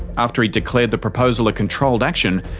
after he declared the proposal a controlled action,